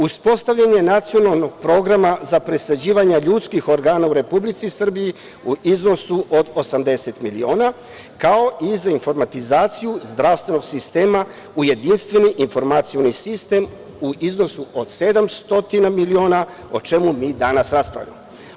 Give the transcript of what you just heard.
Uspostavljanje nacionalnog programa za presađivanje ljudskih organa u Republici Srbiji u iznosu od 80.000.000, kao i za informatizaciju zdravstvenog sistema u jedinstveni informacioni sistem u iznosu od 700.000.000, o čemu mi danas raspravljamo.